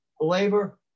labor